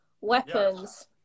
weapons